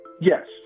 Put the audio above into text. Yes